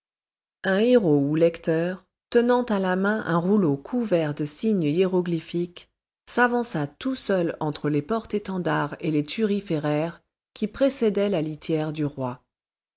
un héraut ou lecteur tenant à la main un rouleau couvert de signes hiéroglyphiques s'avança tout seul entre les porte étendards et les thuriféraires qui précédaient la litière du roi